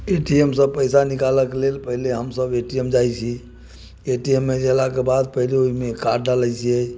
ए T M सँ पैसा निकालऽके लेल पहिले हमसब ए टी एम जाइ छी ए टी एम मे गेलाके बाद पहिले ओइमे कार्ड डालै छियै